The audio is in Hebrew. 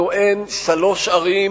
לנו אין שלוש ערים